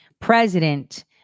president